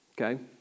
okay